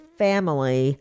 family